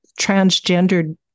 transgendered